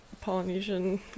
polynesian